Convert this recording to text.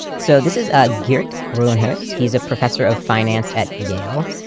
so this is ah geert rouwenhurst, he's a professor of finance at yale.